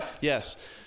yes